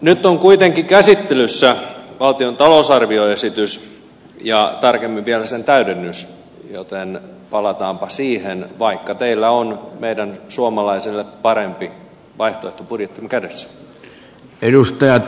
nyt on kuitenkin käsittelyssä valtion talousarvioesitys ja tarkemmin vielä sen täydennys joten palataanpa siihen vaikka teillä on meidän suomalaiselle parempi vaihtoehtobudjettimme kädessänne